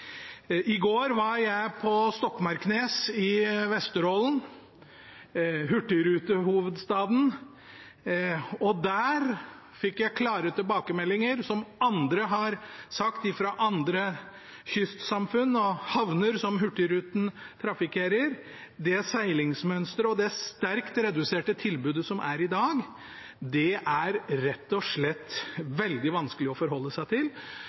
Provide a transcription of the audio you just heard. I går var jeg på Stokmarknes i Vesterålen – hurtigrutehovedstaden – og der fikk jeg klare tilbakemeldinger om hva folk fra andre kystsamfunn og havner som Hurtigruten trafikkerer, har sagt: Det seilingsmønsteret og det sterkt reduserte tilbudet som er i dag, er rett og slett veldig vanskelig å forholde seg til.